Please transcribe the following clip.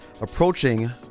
approaching